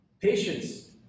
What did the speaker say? Patience